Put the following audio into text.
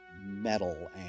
metal